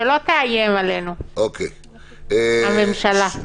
שלא תאיים עלינו, הממשלה.